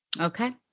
Okay